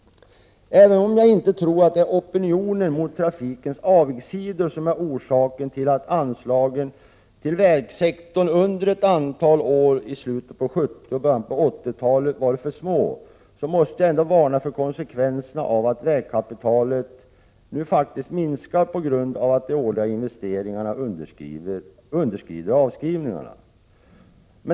Även om jag inte tror att det är opinionen mot trafikens avigsidor som är orsaken till att anslagen till vägsektorn under ett antal år i slutet av 70-talet och början av 80-talet varit för små måste jag varna för konsekvenserna av att vägkapitalet nu faktiskt minskar på grund av att de årliga investeringarna underskrider avskrivningarna.